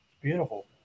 Beautiful